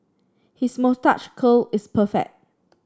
his moustache curl is perfect